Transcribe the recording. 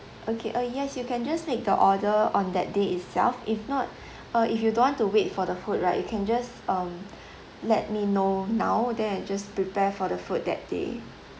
okay uh yes you can just make the order on that day itself if not uh if you don't want to wait for the food right you can just um let me know now then I'll just prepare for the food that day